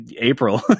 april